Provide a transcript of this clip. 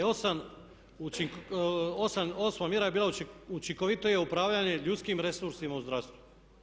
A osma mjera je bila učinkovitije upravljanje ljudskim resursima u zdravstvu.